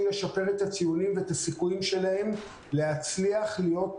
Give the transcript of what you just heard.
לשפר את הציונים והסיכויים שלהם להצליח ולהיות